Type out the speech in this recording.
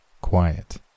quiet